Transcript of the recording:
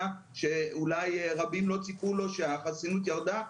שאולי רבים לא ציפו לו שהחסינות ירדה,